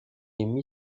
émit